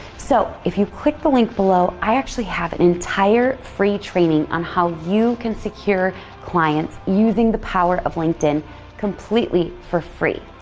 so, if you click the link below, i actually have an entire free training on how you can secure clients using the power of linkedin completely for free.